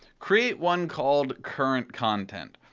create one called current content.